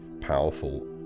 powerful